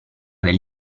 del